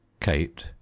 Kate